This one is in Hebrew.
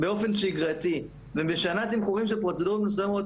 באופן שגרתי ומשנה תמחורים של פרוצדורות מסוימות,